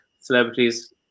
celebrities